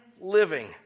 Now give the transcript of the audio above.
living